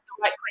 right